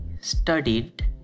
studied